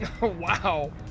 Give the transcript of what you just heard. Wow